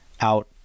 out